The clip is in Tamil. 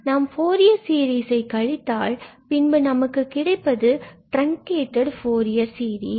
நாம் ஃபூரியர் சீரிசை கழித்தால் பின்பு நமக்கு கிடைப்பது டிரங்கேட்டட் ஃபூரியர் சீரிஸ்